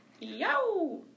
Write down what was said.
Yo